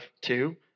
two